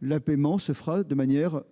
Le paiement se fera-t-il de manière